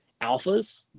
alphas